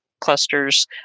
clusters